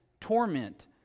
torment